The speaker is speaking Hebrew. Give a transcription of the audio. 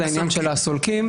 עניין הסולקים הוא חשוב מאוד.